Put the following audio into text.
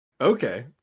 Okay